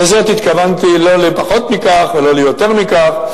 לזאת התכוונתי, לא לפחות מכך ולא ליותר מכך.